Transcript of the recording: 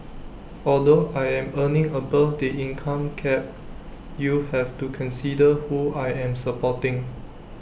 although I am earning above the income cap you have to consider who I am supporting